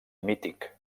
mític